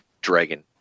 dragon